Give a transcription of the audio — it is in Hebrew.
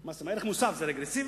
מס ערך מוסף זה רגרסיבי,